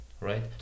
Right